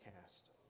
cast